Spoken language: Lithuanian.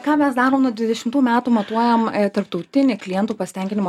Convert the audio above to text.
ką mes darom nuo dvidešimtų metų matuojam tarptautinį klientų pasitenkinimo